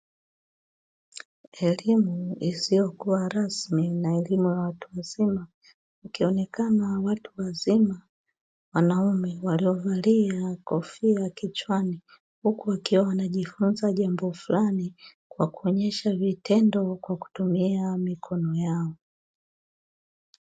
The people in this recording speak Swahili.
Elimu isiyokuwa rasmi na elimu ya watu wazima, ikionekana watu wazima wanaume waliovalia kofia kichwani huku wakiwa wanajifunza jambo fulani kwa kuonyesha vitendo kwa kutumia mikono yao.